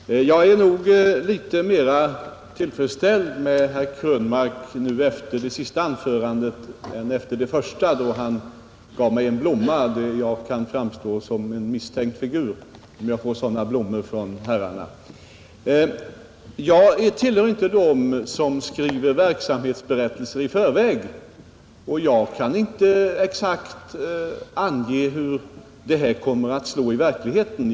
Herr talman! Jag är nog litet mera tillfredsställd med herr Krönmarks senaste anförande än med det första, där han gav mig en blomma; med sådana blommor från herrarna kunde jag komma att framstå som en misstänkt figur. Jag tillhör inte dem som skriver verksamhetsberättelser i förväg, och jag kan inte exakt ange hur det här kommer att slå i verkligheten.